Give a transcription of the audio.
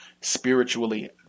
spiritually